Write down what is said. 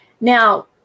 Now